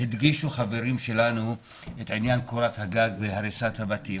הדגישו חברים שלנו את עניין קורת הגג והריסת הבתים.